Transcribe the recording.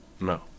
No